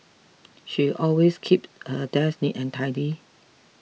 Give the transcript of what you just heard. she always keep her desk neat and tidy